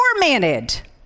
tormented